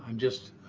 um just